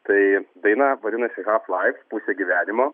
tai daina vadinasi half life pusė gyvenimo